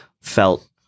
felt